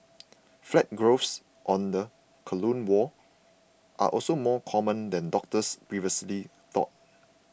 flat growths on the colon wall are also more common than doctors previously thought